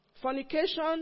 Fornication